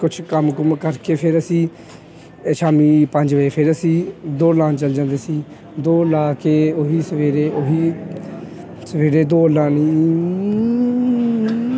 ਕੁਛ ਕੰਮ ਕੁਮ ਕਰਕੇ ਫਿਰ ਅਸੀਂ ਸ਼ਾਮੀ ਪੰਜ ਵਜੇ ਫਿਰ ਅਸੀਂ ਦੌੜ ਲਾਉਣ ਚਲੇ ਜਾਂਦੇ ਸੀ ਦੌੜ ਲਾ ਕੇ ਓਹੀ ਸਵੇਰੇ ਓਹੀ ਸਵੇਰੇ ਦੌੜ ਲਾਉਣੀ